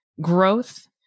growth